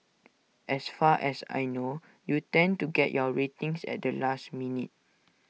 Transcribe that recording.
as far as I know you tend to get your ratings at the last minute